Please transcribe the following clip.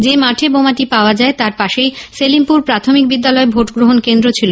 যে মাঠে বোমাটি পাওয়া যায় তার পাশেই সেলিমপুর প্রাথমিক বিদ্যালয়ে ভোটগ্রহণ কেন্দ্র ছিল